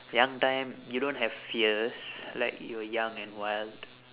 young time you don't have fears like you are young and wild